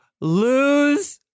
lose